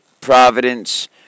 Providence